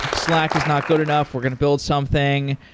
slack is not good enough, we're going to build something.